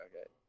Okay